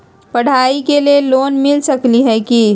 पढाई के लेल लोन मिल सकलई ह की?